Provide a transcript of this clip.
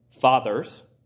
Fathers